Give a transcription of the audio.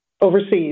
overseas